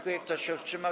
Kto się wstrzymał?